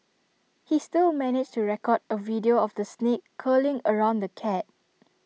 he still managed to record A video of the snake curling around the cat